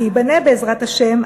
וייבנה בעזרת השם,